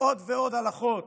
עוד ועוד הלכות